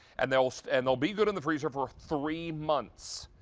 and they'll so and they'll be good in the freezer for three months.